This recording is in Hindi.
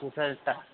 तू सलटा